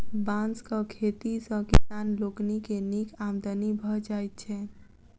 बाँसक खेती सॅ किसान लोकनि के नीक आमदनी भ जाइत छैन